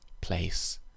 place